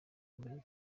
biri